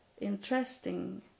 interesting